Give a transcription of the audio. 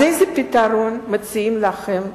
אז איזה פתרון מציעים להם,